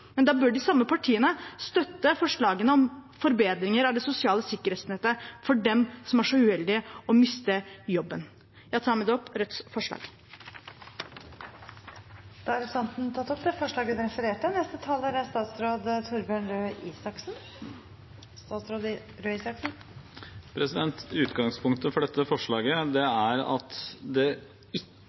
men da bør de samme partiene støtte forslagene om forbedringer av det sosiale sikkerhetsnettet for dem som er så uheldige å miste jobben. Jeg tar med det opp Rødts forslag. Da har representanten Seher Aydar tatt opp det forslaget hun refererte til. Utgangspunktet for dette forslaget er